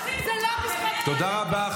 תודה רבה.